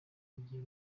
agiye